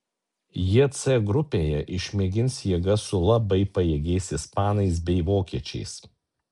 jie c grupėje išmėgins jėgas su labai pajėgiais ispanais bei vokiečiais